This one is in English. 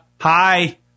Hi